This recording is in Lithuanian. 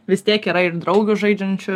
vis tiek yra ir draugių žaidžiančių